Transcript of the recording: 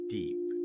deep